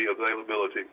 availability